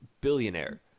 billionaire